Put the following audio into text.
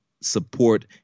support